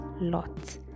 Lot